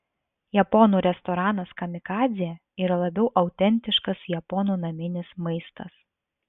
japonų restoranas kamikadzė yra labiau autentiškas japonų naminis maistas